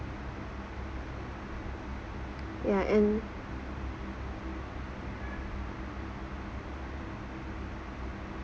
ya and